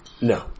no